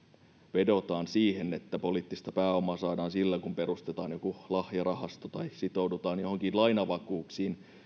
vedotaan siihen että poliittista pääomaa saadaan sillä kun perustetaan joku lahjarahasto tai sitoudutaan johonkin lainavakuuksiin